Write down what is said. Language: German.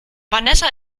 vanessa